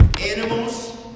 Animals